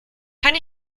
kann